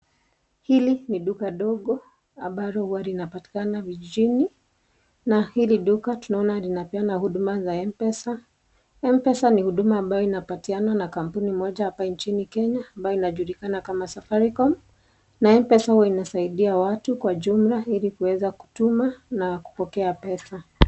Hili ni duka ndogo ambalo huwa linapatikana vijijini na hili duka tunaona linapeana huduma ya Mpesa. Mpesa ni huduma ambayo inapeanwa na kampuni moja hapa nchini Kenya ambayo inajulikana kama Safaricom, na Mpesa huwa inasaidia watu kwa jumla hili kuweza kutuma na kupokea pesa.